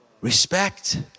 respect